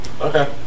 Okay